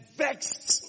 vexed